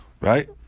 Right